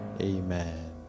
Amen